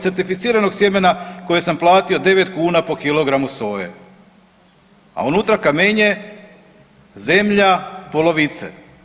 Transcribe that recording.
Certificiranog sjemena kojeg sam platio 9 kuna po kilogramu soje, a unutra kamenje, zemlja, polovice.